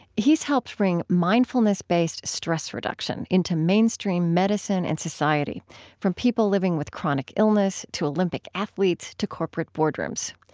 he's helped bring mindfulness-based stress reduction into mainstream medicine and society from people living with chronic illness to olympic athletes to corporate boardrooms.